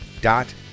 dot